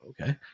Okay